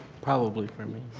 probably for me.